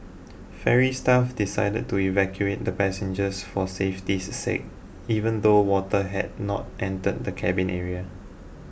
ferry staff decided to evacuate the passengers for safety's sake even though water had not entered the cabin area